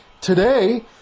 today